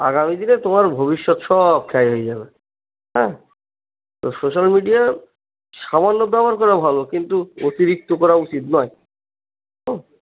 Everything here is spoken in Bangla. আগামী দিনে তোমার ভবিষ্যৎ সব খাই হয়ে যাবে হ্যাঁ তো সোশ্যাল মিডিয়া সামান্য ব্যবহার করা ভালো কিন্তু অতিরিক্ত করা উচিত নয়